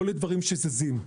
לא לדברים שזזים.